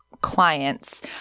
clients